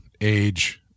age